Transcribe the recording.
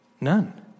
None